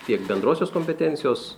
tiek bendrosios kompetencijos